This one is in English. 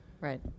Right